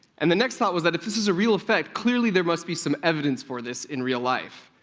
and the next thought was that if this is a real effect, clearly there must be some evidence for this in real life.